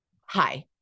Hi